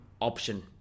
option